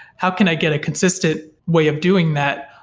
how can i get a consistent way of doing that,